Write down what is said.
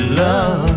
love